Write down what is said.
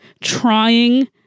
trying